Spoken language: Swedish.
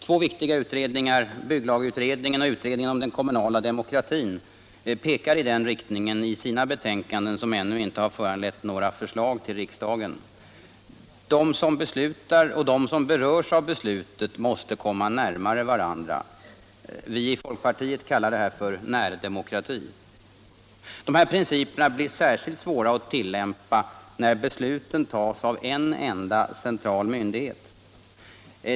Två viktiga utredningar, bygglagutredningen och utredningen om den kommunala demokratin, pekar i den riktningen i sina betänkanden, som ännu inte föranlett förslag till riksdagen. De som beslutar och de som berörs av besluten måste komma närmare varandra. Vi i folkpartiet kallar detta för närdemokrati. De här principerna blir särskilt svåra att tillämpa när besluten tas av en enda central myndighet.